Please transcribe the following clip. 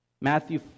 Matthew